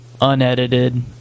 unedited